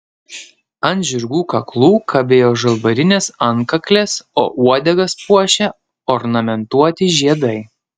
ant žirgų kaklų kabėjo žalvarinės antkaklės o uodegas puošė ornamentuoti žiedai